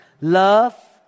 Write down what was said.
love